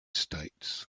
states